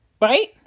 right